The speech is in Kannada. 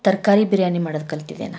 ತರಕಾರಿ ಬಿರಿಯಾನಿ ಮಾಡೋದ ಕಲ್ತಿದೆನಾ